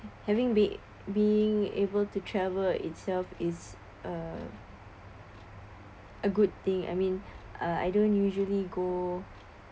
having be being able to travel itself is uh a good thing I mean uh I don't usually go